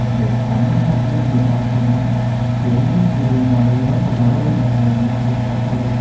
இந்த தமிழ்நாட்ல நீங்கள் பார்த்தீங்கன்னா வெள்ளியங்கிரி மலையும் அந்த பர்வதமலையும் கம்பேரு